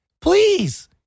Please